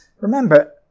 Remember